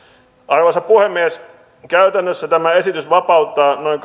arvoisa puhemies käytännössä tämä esitys vapauttaa noin